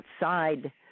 outside